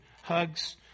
Hugs